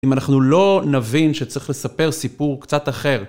אם אנחנו לא נבין שצריך לספר סיפור קצת אחר.